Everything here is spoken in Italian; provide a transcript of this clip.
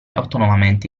autonomamente